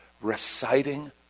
reciting